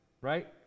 right